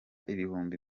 ibihumbi